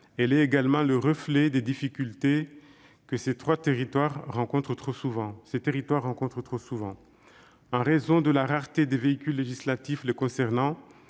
elle est également le reflet des difficultés que ces territoires rencontrent trop souvent. En raison de la rareté des véhicules législatifs les concernant,